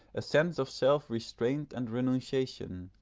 a sense of self-restraint and renunciation,